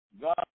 God